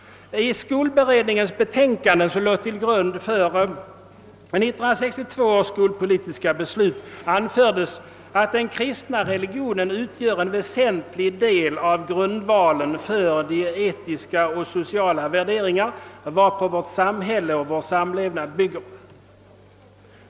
I skolberedningens betänkande, som låg till grund för 1962 års skolpolitiska beslut, anfördes att den kristna religionen utgör en väsentlig del av grundvalen för de etiska och sociala värderingar varpå vårt samhälle och vår samlevnad bygger.